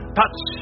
touch